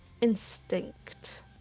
instinct